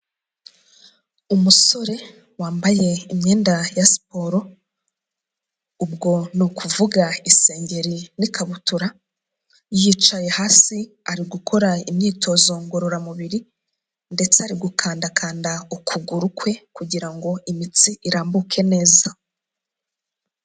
Umusore wambaye imyenda ya siporo, ubwo ni ukuvuga isengeri n'ikabutura, yicaye hasi ari gukora imyitozo ngororamubiri, ndetse ari gukandakanda ukuguru kwe kugira ngo imitsi irambuke neza.